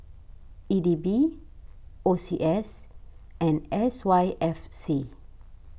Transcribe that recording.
E D B O C S and S Y F C